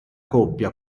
coppia